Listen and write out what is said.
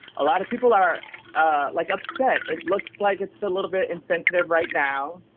a lot of people are like upset. it looks like it's a little bit insensitive right now.